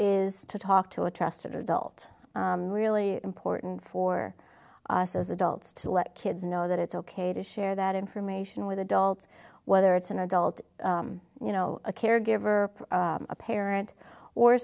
is to talk to a trusted adult really important for us as adults to let kids know that it's ok to share that information with adults whether it's an adult you know a caregiver a parent or